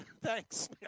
Thanks